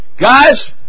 guys